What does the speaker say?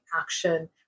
action